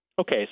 Okay